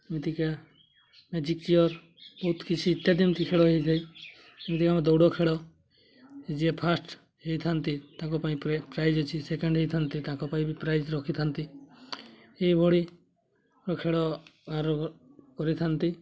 ଏମିତିକା magic chair ବହୁତ କିଛି ଇତ୍ୟାଦି ଏମିତି ଖେଳ ହୋଇଥାଏ ଯେମିତିକା ଆମ ଦୌଡ଼ ଖେଳ ଯିଏ ଫାଷ୍ଟ୍ ହୋଇଥାନ୍ତି ତାଙ୍କ ପାଇଁ ପ୍ରାଇଜ୍ ଅଛି ସେକେଣ୍ଡ୍ ହୋଇଥାନ୍ତି ତାଙ୍କ ପାଇଁ ବି ପ୍ରାଇଜ୍ ରଖିଥାନ୍ତି ଏହିଭଳି ଖେଳ କରିଥାନ୍ତି